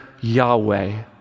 Yahweh